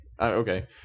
Okay